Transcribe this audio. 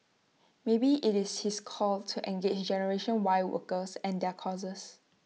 maybe IT is his call to engage generation Y workers and their causes